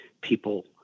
people